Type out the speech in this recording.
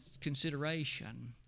consideration